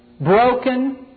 broken